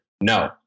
No